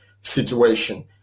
situation